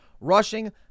rushing